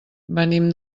venim